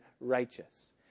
righteous